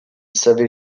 savait